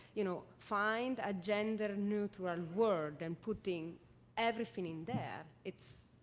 you know find a gender neutral word and putting everything in there, it's